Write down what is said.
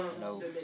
no